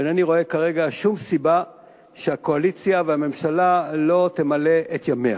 ואינני רואה כרגע שום סיבה שהקואליציה והממשלה לא ימלאו את ימיהן.